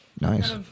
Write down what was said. nice